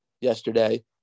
yesterday